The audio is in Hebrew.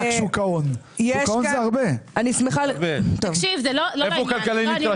זה לא לעניין.